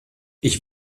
ich